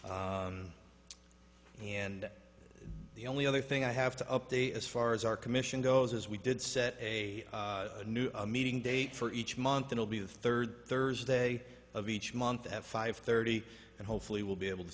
and the only other thing i have to update as far as our commission goes as we did set a new meeting date for each month will be the third thursday of each month at five thirty and hopefully will be able to